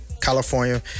california